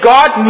God